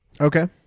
Okay